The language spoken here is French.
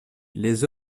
les